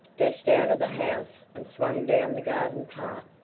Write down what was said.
dashed out of the house, and swung down the garden path.